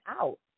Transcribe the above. out